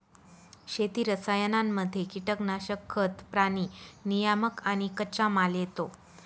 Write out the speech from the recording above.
शेती रसायनांमध्ये कीटनाशक, खतं, प्राणी नियामक आणि कच्चामाल येतो